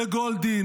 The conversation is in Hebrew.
לגולדין,